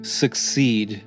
succeed